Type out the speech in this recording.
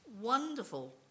wonderful